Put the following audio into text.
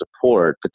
support